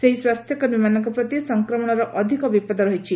ସେହି ସ୍ୱାସ୍ଥ୍ୟକର୍ମୀମାନଙ୍କ ପ୍ରତି ସଂକ୍ରମଶର ଅଧ୍କ ବିପଦ ରହିଛି